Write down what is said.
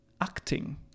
acting